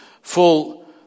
full